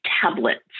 tablets